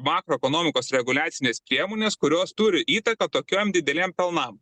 makroekonomikos reguliacinės priemonės kurios turi įtaką tokiom didelėm pelnam